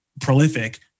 prolific